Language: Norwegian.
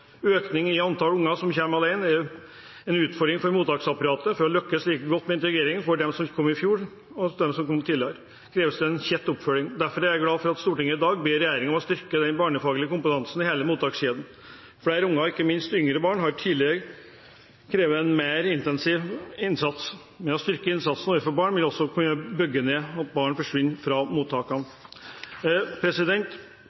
Økning i antall unger som kommer alene, er en utfordring for mottaksapparatet. For å lykkes like godt med integreringen for dem som kom i fjor, som for dem som kom tidligere, kreves det tett oppfølging. Derfor er jeg glad for at Stortinget i dag ber regjeringen styrke den barnefaglige kompetansen i hele mottakskjeden. Flere unger og ikke minst yngre barn krever en mer intensiv innsats. Ved å styrke innsatsen overfor barn vil vi også kunne bygge ned at barn forsvinner fra